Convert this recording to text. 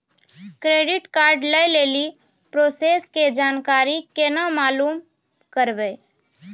Credit card लय लेली process के जानकारी केना मालूम करबै?